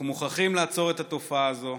אנחנו מוכרחים לעצור את התופעה הזו,